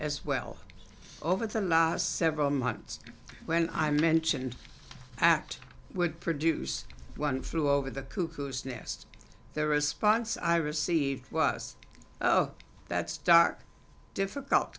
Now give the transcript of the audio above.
as well over the last several months when i mentioned act would produce one flew over the cuckoo's nest the response i received was that stark difficult